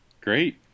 great